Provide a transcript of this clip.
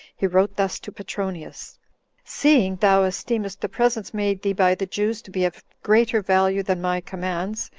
he wrote thus to petronius seeing thou esteemest the presents made thee by the jews to be of greater value than my commands,